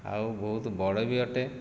ଆଉ ବହୁତ ବଡ଼ ବି ଅଟେ